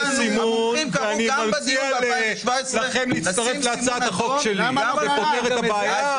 מציע לכם להצטרף להצעת החוק שלי שפותרת את הבעיה.